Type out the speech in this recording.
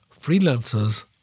Freelancers